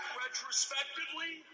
retrospectively